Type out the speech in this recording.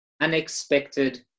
unexpected